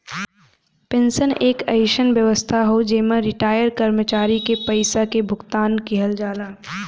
pension एक अइसन व्यवस्था हौ जेमन रिटार्यड कर्मचारी के पइसा क भुगतान किहल जाला